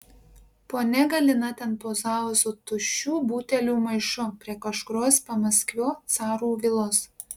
ponia galina ten pozavo su tuščių butelių maišu prie kažkurios pamaskvio carų vilos